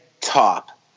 top